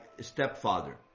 stepfather